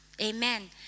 Amen